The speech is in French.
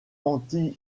anti